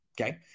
Okay